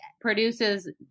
produces